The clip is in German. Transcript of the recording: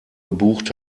gebucht